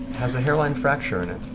has a hairline fracture in it.